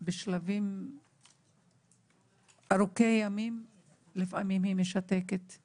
בשלבים ארוכי ימים, היא משתקת לפעמים.